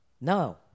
No